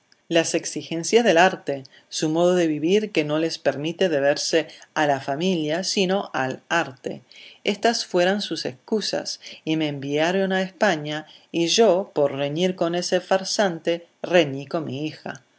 las exigencias del arte su modo de vivir que no les permite deberse a la familia sino al arte estas fueron sus excusas y me enviaron a españa y yo por reñir con ese farsante reñí con mi hija